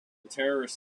terrorists